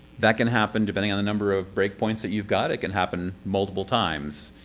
that can happen depending on the number of breakpoints that you've got. it can happen multiple times.